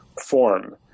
form